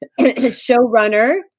showrunner